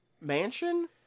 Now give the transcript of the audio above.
mansion